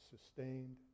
sustained